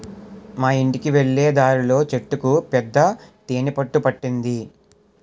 మా యింటికి వెళ్ళే దారిలో చెట్టుకు పెద్ద తేనె పట్టు పట్టింది